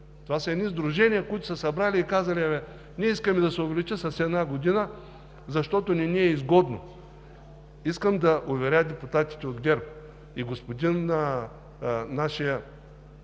това са едни сдружения, които са се събрали и казали: абе, ние искаме да се увеличи с една година, защото не ни е изгодно. Искам да уверя депутатите от ГЕРБ и господин – нашия